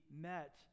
met